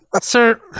sir